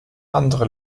andere